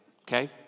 okay